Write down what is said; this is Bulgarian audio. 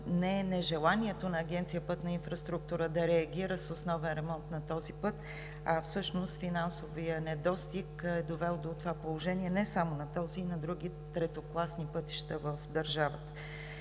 не е нежеланието на Агенция „Пътна инфраструктура“ да реагира с основен ремонт на този път, а всъщност финансовият недостиг е довел до това положение не само на този, но и на други третокласни пътища в държавата.